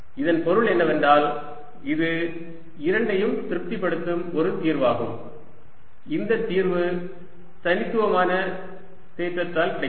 இதன் பொருள் என்னவென்றால் இது இரண்டையும் திருப்திப்படுத்தும் ஒரு தீர்வாகும் இந்த தீர்வு தனித்துவமான தேற்றத்தால் கிடைக்கிறது